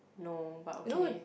no but okay